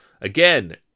Again